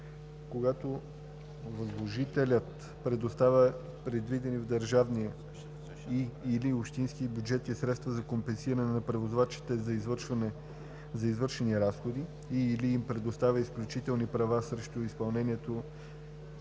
когато възложителят предоставя предвидени в държавния и/или общински бюджети средства за компенсиране на превозвачите за извършени разходи и/или им предоставя изключителни права срещу изпълнението